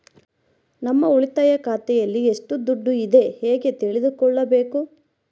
ನಮ್ಮ ಉಳಿತಾಯ ಖಾತೆಯಲ್ಲಿ ಎಷ್ಟು ದುಡ್ಡು ಇದೆ ಹೇಗೆ ತಿಳಿದುಕೊಳ್ಳಬೇಕು?